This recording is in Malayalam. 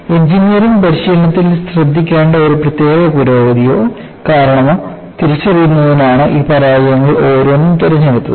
എഞ്ചിനീയറിംഗ് പരിശീലനത്തിൽ ശ്രദ്ധിക്കേണ്ട ഒരു പ്രത്യേക പുരോഗതിയോ കാരണമോ തിരിച്ചറിയുന്നതിനാണ് ഈ പരാജയങ്ങളിൽ ഓരോന്നും തിരഞ്ഞെടുത്തത്